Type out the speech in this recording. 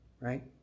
right